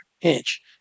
inch